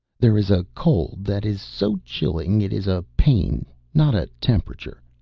there is a cold that is so chilling it is a pain not a temperature.